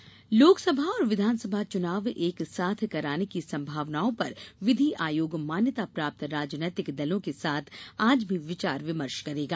चुनाव बैठक लोकसभा और विधानसभा चुनाव एक साथ कराने की संभावनाओं पर विधि आयोग मान्यता प्राप्त राजनीतिक दलों के साथ आज भी विचार विमर्श करेगा